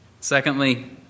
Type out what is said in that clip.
Secondly